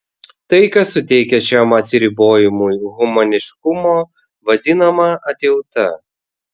tai kas suteikia šiam atsiribojimui humaniškumo vadinama atjauta